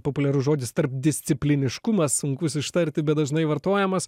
populiarus žodis tarpdiscipliniškumas sunkus ištarti bet dažnai vartojamas